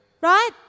right